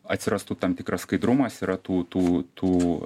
atsirastų tam tikras skaidrumas yra tų tų tų